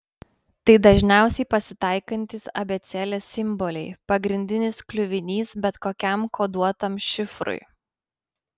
tai dažniausiai pasitaikantys abėcėlės simboliai pagrindinis kliuvinys bet kokiam koduotam šifrui